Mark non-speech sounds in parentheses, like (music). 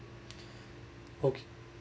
(breath) okay